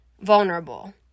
vulnerable